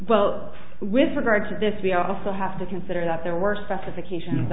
well with regard to this we also have to consider that there were specifications